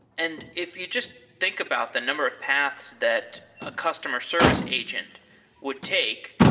and if you just think about the number of paths that a customer service agent would take,